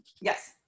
Yes